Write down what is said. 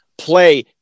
play